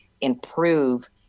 improve